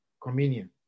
communion